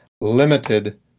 limited